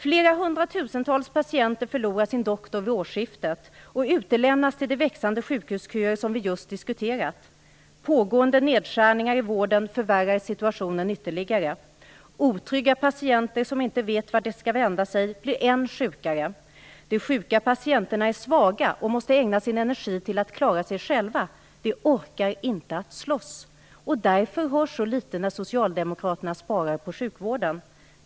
Flera hundra tusen patienter förlorar sin doktor vid årsskiftet och utlämnas till de växande sjukhusköer som vi just har diskuterat. Pågående nedskärningar i vården förvärrar situationen ytterligare. Otrygga patienter som inte vet vart de skall vända sig blir ännu sjukare. De sjuka patienterna är svaga och måste ägna sin energi till att klara sig själva. De orkar inte slåss. Därför hörs så litet när socialdemokraterna sparar på sjukvården.